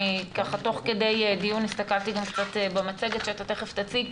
תוך כדי דיון הסתכלתי גם במצגת שתכף תציג,